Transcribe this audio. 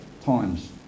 times